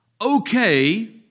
okay